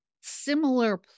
similar